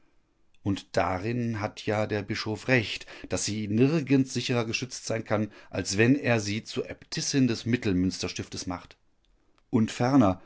und darin hat ja der bischof recht daß sie nirgend sicherer geschützt sein kann als wenn er sie zur äbtissin des mittelmünsterstiftes macht und ferner